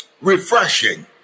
refreshing